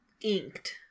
inked